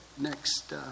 next